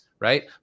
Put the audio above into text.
right